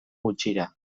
gutxira